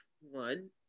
one